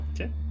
Okay